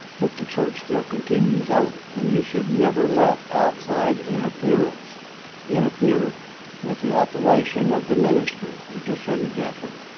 but the church still continues on, and you should never let outside interference interfere with the operation of the ministry. it just shouldn't happen,